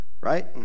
Right